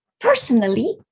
personally